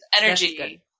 energy